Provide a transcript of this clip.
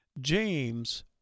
James